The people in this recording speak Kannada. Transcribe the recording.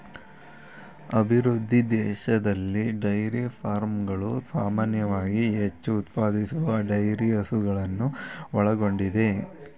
ಅಭಿವೃದ್ಧಿ ದೇಶದಲ್ಲಿ ಡೈರಿ ಫಾರ್ಮ್ಗಳು ಸಾಮಾನ್ಯವಾಗಿ ಹೆಚ್ಚು ಉತ್ಪಾದಿಸುವ ಡೈರಿ ಹಸುಗಳನ್ನು ಒಳಗೊಂಡಿದೆ